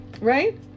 Right